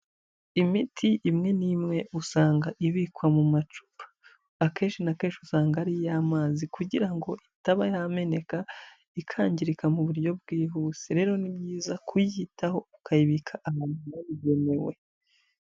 Imiti imwe n'imwe usanga ibikwa mu macupa, akenshi na kenshi usanga ari iyamazi kugira ngo itaba yameneka, ikangirika mu buryo bwihuse, rero ni byiza kuyitaho ukayibika aahantu habugenewe.